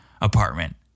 apartment